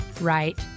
right